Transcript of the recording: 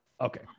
Okay